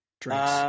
drinks